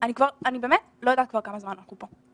אני באמת לא יודעת כבר כמה זמן אנחנו פה.